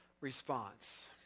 response